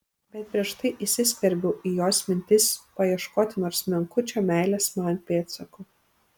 bet prieš tai įsiskverbiau į jos mintis paieškoti nors menkučio meilės man pėdsako